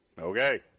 Okay